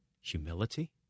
humility